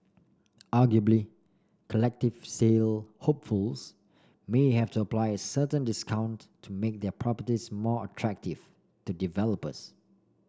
arguably collective sale hopefuls may have to apply certain discount to make their properties more attractive to developers